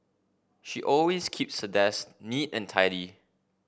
she always keeps her desk neat and tidy